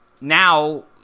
now